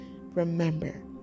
Remember